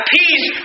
peace